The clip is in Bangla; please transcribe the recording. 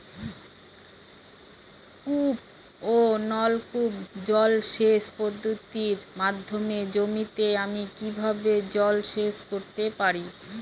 কূপ ও নলকূপ জলসেচ পদ্ধতির মাধ্যমে জমিতে আমি কীভাবে জলসেচ করতে পারি?